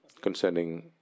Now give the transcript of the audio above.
concerning